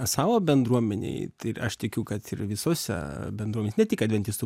savo bendruomenei ir aš tikiu kad ir visose bendruomenėse ne tik adventistų